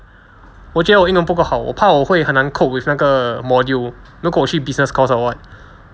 我觉得我英文不够好我怕我会很难 cope with 那个 module 如果我去 business course or what